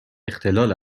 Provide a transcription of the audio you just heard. اختلال